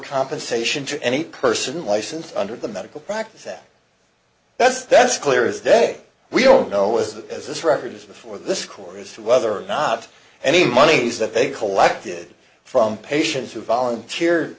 compensation to any person licensed under the medical practice that that's that's clear is day we all know with as this records before this chorus whether or not any monies that they collected from patients who volunteered